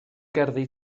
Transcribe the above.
gerddi